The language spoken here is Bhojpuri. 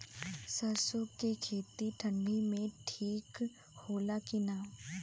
सरसो के खेती ठंडी में ठिक होला कि ना?